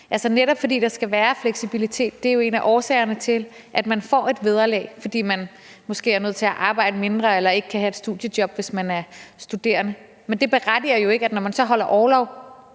Netop det, at der skal være fleksibilitet, er jo en af årsagerne til, at man får et vederlag, fordi man måske er nødt til at arbejde mindre eller ikke kan have et studiejob, hvis man er studerende. Men det berettiger jo ikke, at man, når man holder orlov,